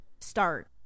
start